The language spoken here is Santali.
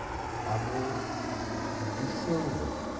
ᱟᱵᱚ ᱫᱤᱥᱚᱢ ᱨᱮ